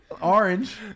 orange